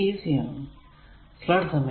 ഇത് ഈസി ആണ്